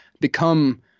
become